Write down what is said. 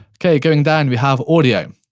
okay, going down, we have audio.